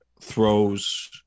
throws